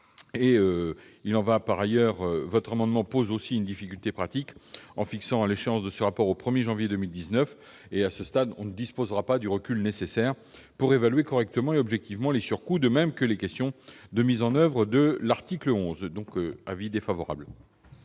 Les dispositions de votre amendement posent aussi une difficulté pratique en fixant l'échéance de ce rapport au 1 janvier 2019. À ce stade, on ne disposera pas du recul nécessaire pour évaluer correctement et objectivement les surcoûts, de même que les problèmes de mise en oeuvre de l'article 11. Pour ces raisons,